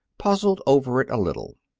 puzzled over it a little.